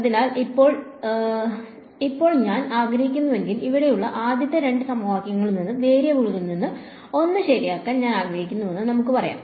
അതിനാൽ ഇപ്പോൾ ഞാൻ ആഗ്രഹിക്കുന്നുവെങ്കിൽ ഇവിടെയുള്ള ആദ്യത്തെ രണ്ട് സമവാക്യങ്ങളിൽ നിന്ന് വേരിയബിളുകളിൽ ഒന്ന് ശരിയാക്കാൻ ഞാൻ ആഗ്രഹിക്കുന്നുവെന്ന് നമുക്ക് പറയാം